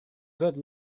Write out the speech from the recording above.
good